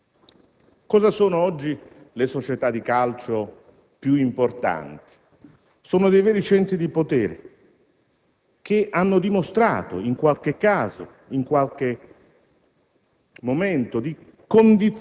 Cosa sono oggi le società di calcio più importanti? Sono dei veri centri di potere, che hanno dimostrato, in qualche caso e in qualche momento,